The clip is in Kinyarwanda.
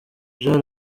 jean